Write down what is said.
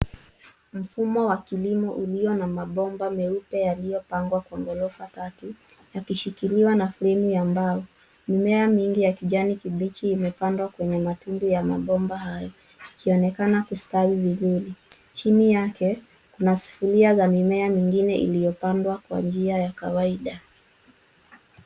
Mfumo wa kilimo ulio na mabomba meupe yaliyopangwa kwa ghorofa tatu yakishikiliwa na fremu ya mbao. Mimea mingi ya kijani kibichi imepandwa kwenye matundu ya mabomba hayo ikionekana kustawi vizuri. Chini yake kuna sifinia za mimea mingine iliyopandwa kwa njia ya kawaida.